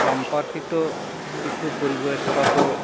সম্পর্কিত কিছু পরিবেশগত